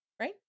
Right